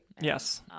yes